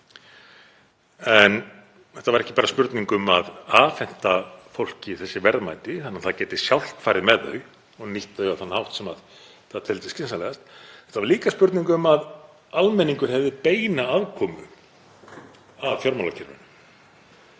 En þetta var ekki bara spurning um að afhenda fólki þessi verðmæti þannig að það gæti sjálft farið með þau og nýtt þau á þann hátt sem það teldi skynsamlegast, þetta var líka spurning um að almenningur hefði beina aðkomu að fjármálakerfinu.